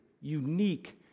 unique